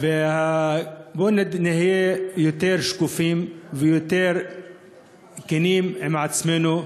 ובוא נהיה יותר שקופים ויותר כנים עם עצמנו: